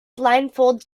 blindfold